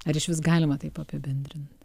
ar išvis galima taip apibendrint